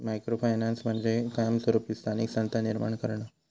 micro finance म्हणजे कायमस्वरूपी स्थानिक संस्था निर्माण करणा